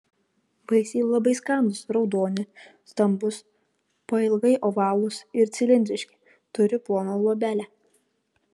vaisiai labai skanūs raudoni stambūs pailgai ovalūs ir cilindriški turi ploną luobelę